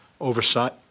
oversight